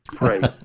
Right